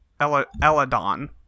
eladon